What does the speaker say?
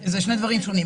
זה שני דברים שונים,